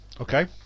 Okay